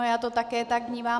Já to také tak vnímám.